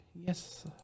Yes